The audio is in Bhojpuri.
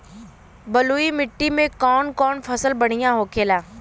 बलुई मिट्टी में कौन कौन फसल बढ़ियां होखेला?